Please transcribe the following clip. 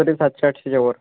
साडे सातशे आठशेच्यावर